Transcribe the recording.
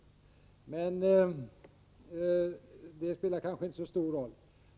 Men det spelar kanske inte så stor roll.